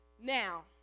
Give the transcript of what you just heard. Now